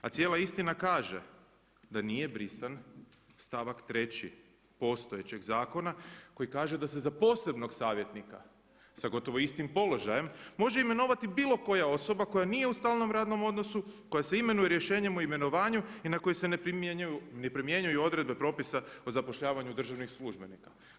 A cijela istina kaže, da nije brisan stavak 3. postojećeg zakona koji kaže da se za posebnog savjetnika sa gotovo istim položajem može imenovati bilo koja osoba koja nije u stalnom radnom odnosu koja se imenuje rješenjem o imenovanju i na koji se ne primjenjuju odredbe propisa o zapošljavanju državnih službenika.